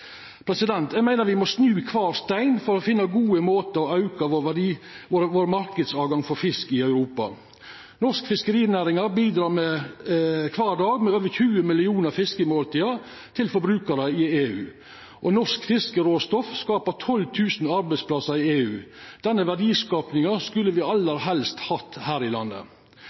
Eg meiner vi må snu kvar stein for å finna gode måtar å auka marknadstilgangen vår for fisk i Europa på. Norsk fiskerinæring bidreg kvar dag med over 20 millionar fiskemåltid til forbrukarar i EU, og norsk fiskeråstoff skapar 12 000 arbeidsplassar i EU. Denne verdiskapinga skulle me aller helst hatt her i landet.